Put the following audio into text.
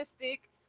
realistic